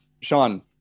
Sean